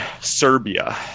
Serbia